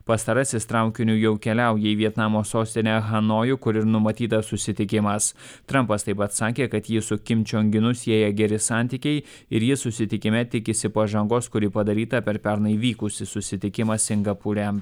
pastarasis traukiniu jau keliauja į vietnamo sostinę hanojų kur ir numatytas susitikimas trampas taip pat sakė kad jį su kim čiong inu sieja geri santykiai ir jis susitikime tikisi pažangos kuri padaryta per pernai vykusį susitikimą singapūre